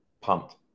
pumped